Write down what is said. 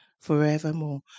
forevermore